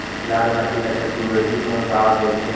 लाल माटी ला छत्तीसगढ़ी मा का बोलथे?